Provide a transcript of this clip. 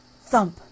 Thump